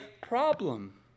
problem